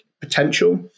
potential